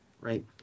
Right